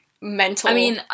mental